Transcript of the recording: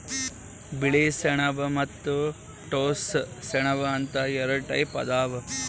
ಬಿಳಿ ಸೆಣಬ ಮತ್ತ್ ಟೋಸ್ಸ ಸೆಣಬ ಅಂತ್ ಎರಡ ಟೈಪ್ ಅದಾವ್